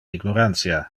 ignorantia